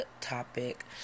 topic